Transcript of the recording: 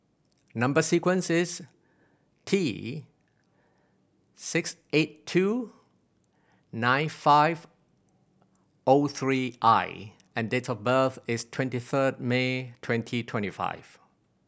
number sequence is T six eight two nine five zero three I and date of birth is twenty third May twenty twenty five